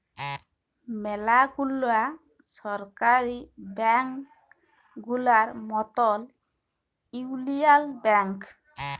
ম্যালা গুলা সরকারি ব্যাংক গুলার মতল ইউলিয়াল ব্যাংক